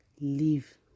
leave